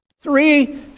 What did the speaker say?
Three